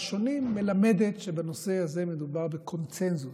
שונים מלמדת שבנושא הזה מדובר בקונסנזוס,